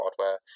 hardware